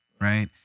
right